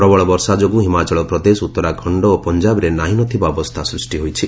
ପ୍ରବଳ ବର୍ଷା ଯୋଗୁଁ ହିମାଚଳ ପ୍ରଦେଶ ଉତ୍ତରାଖଣ୍ଡ ଓ ପଞ୍ଜାବରେ ନାହିଁ ନଥିବା ଅବସ୍ଥା ସୃଷ୍ଟି ହୋଇଛି